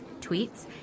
tweets